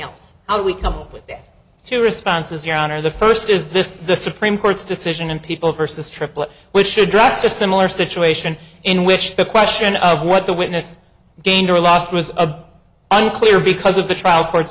else how do we come up with that two responses your honor the first is this the supreme court's decision and people versus triplett which should dress to a similar situation in which the question of what the witness gained or lost was a unclear because of the trial court